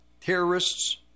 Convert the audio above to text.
terrorists